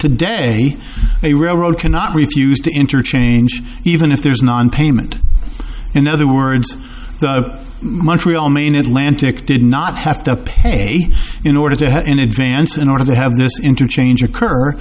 today a railroad cannot refuse to interchange even if there's nonpayment in other words the montreal main atlantic did not have to pay in order to have an advance in order to have this interchange occur